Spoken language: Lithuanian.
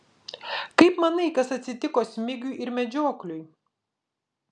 kaip manai kas atsitiko smigiui ir medžiokliui